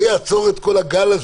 זה יעצור את כל הגל הזה,